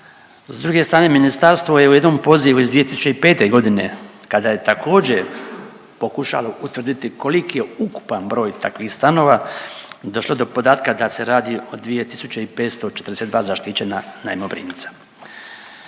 S druge strane ministarstvo je u jednom pozivu iz 2005. godine kada je također pokušalo utvrditi koliki je ukupan broj takvih stanova došlo do podatka da se radi o 2542 zaštićena najmoprimca.